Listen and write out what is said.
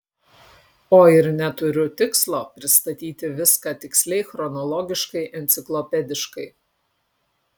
o ir neturiu tikslo pristatyti viską tiksliai chronologiškai enciklopediškai